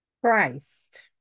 Christ